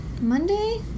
monday